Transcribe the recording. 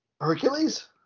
Hercules